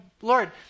Lord